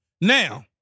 Now